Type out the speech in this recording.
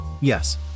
Yes